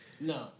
No